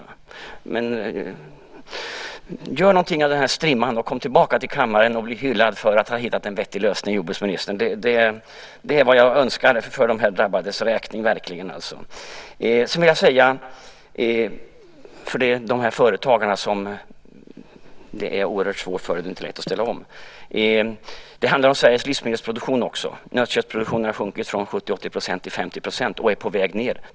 Gör alltså något av den här strimman och kom tillbaka till kammaren för att bli hyllad för att ha hittat en vettig lösning, jordbruksministern! Det är vad jag verkligen önskar för de drabbades räkning. För de företagare för vilka det här är oerhört svårt är det inte lätt att ställa om. Det handlar också om Sveriges livsmedelsproduktion. Nötköttsproduktionen har sjunkit från 70-80 % till 50 % och är på väg nedåt.